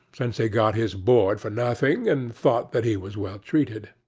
since he got his board for nothing, and thought that he was well treated.